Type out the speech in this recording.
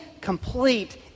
complete